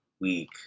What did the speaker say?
week